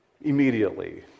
immediately